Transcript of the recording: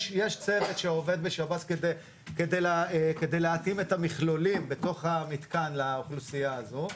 יש צוות שעובד בשב"ס כדי להתאים את המכלולים בתוך המתקן לאוכלוסייה הזו.